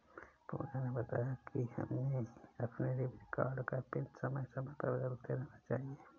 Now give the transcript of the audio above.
पूजा ने बताया कि हमें अपने डेबिट कार्ड का पिन समय समय पर बदलते रहना चाहिए